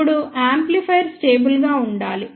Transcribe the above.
ఇప్పుడు amplifier stable గా ఉండాలి